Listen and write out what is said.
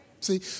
See